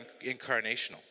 incarnational